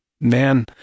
man